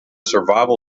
survival